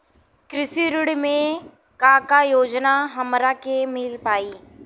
कृषि ऋण मे का का योजना हमरा के मिल पाई?